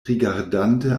rigardante